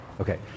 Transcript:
okay